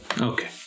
Okay